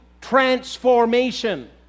transformation